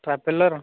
traveller